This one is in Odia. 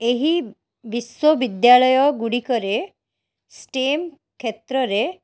ଏହି ବିଶ୍ୱବିଦ୍ୟାଳୟ ଗୁଡ଼ିକରେ ଷ୍ଟିମ କ୍ଷେତ୍ରରେ